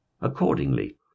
Accordingly